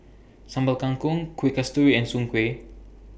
Sambal Kangkong Kuih Kasturi and Soon Kway